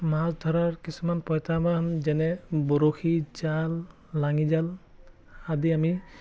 মাছ ধৰাৰ কিছুমান প্ৰত্য়াহ্বান যেনে বৰশী জাল লাঙি জাল আদি আমি